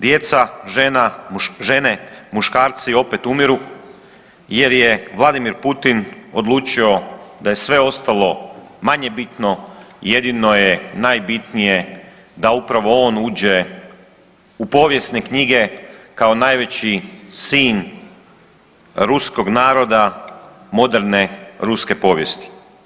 Djeca, žene, muškarci opet umiru jer je Vladimir Putin odlučio da je sve ostalo manje bitno jedino je najbitnije da upravo on uđe u povijesne knjige kao najveći sin ruskog naroda moderne ruske povijesti.